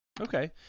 Okay